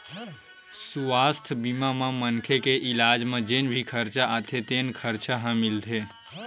सुवास्थ बीमा म मनखे के इलाज म जेन भी खरचा आथे तेन खरचा ह मिलथे